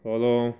好 lor